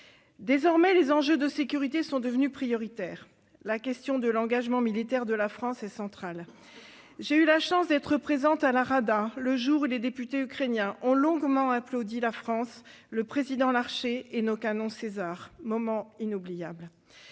Désormais, les enjeux de sécurité sont devenus prioritaires. La question de l'engagement militaire de la France est centrale. J'ai eu la chance d'être présente à la Rada le jour où les députés ukrainiens ont longuement applaudi la France, le président Larcher et nos canons Caesar- moment inoubliable.